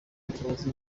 ikibazo